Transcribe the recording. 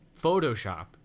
Photoshop